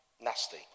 nasty